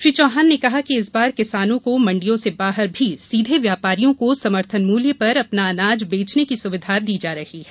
श्री चौहान ने कहा कि इस बार किसानों को मंडियों से बाहर भी सीधे व्यापारियों को समर्थन मूल्य पर अपना अनाज बेचने की सुविधा दी जा रही है